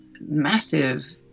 massive